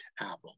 apple